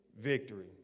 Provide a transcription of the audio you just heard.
Victory